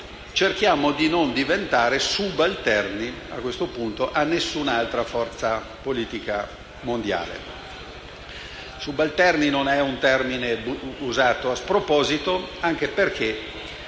cercare di non diventare subalterni a nessun'altra forza politica mondiale; «subalterni» non è un termine usato a sproposito, anche perché